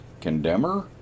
condemner